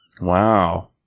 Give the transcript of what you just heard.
Wow